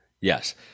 Yes